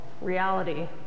reality